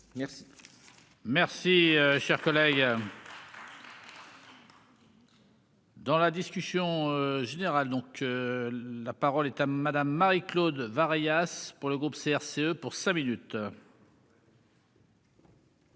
Merci. Merci cher collègue. Dans la discussion générale donc. La parole est à Madame Marie-Claude variations pour le groupe CRCE pour cinq minutes.